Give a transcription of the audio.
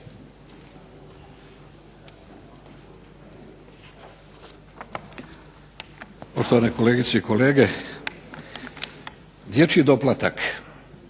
Poštovane kolegice i kolege, dječji doplatak